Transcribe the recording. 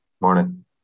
morning